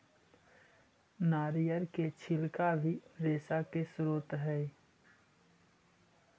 नरियर के छिलका भी रेशा के स्रोत हई